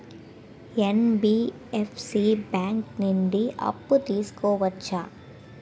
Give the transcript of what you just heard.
NBFC bank నుండి అప్పు తీసుకోవచ్చా?